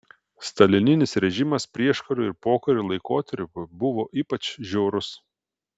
stalininis režimas prieškario ir pokario laikotarpiu buvo ypač žiaurus